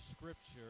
scripture